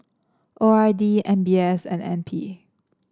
O R D M B S and N P